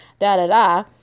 da-da-da